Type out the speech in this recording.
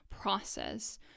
process